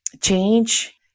change